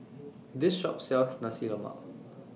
This Shop sells Nasi Lemak